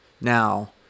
now